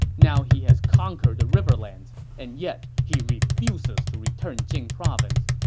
now he has conquered the riverlands, and yet he refuses to return jing province.